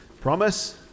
Promise